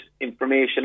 information